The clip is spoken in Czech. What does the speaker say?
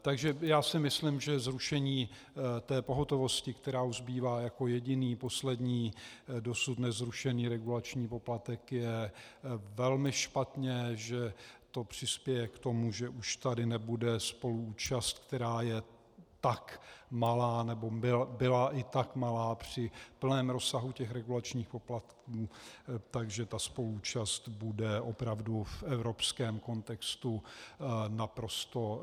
Takže si myslím, že zrušení té pohotovosti, která už zbývá jako jediný, poslední dosud nezrušený regulační poplatek, je velmi špatně, že to přispěje k tomu, že už tady nebude spoluúčast, která je tak malá, nebo byla i tak malá při plném rozsahu těch regulačních poplatků, takže ta spoluúčast bude opravdu v evropském kontextu naprosto raritně nicotná.